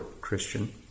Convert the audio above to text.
Christian